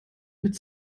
mit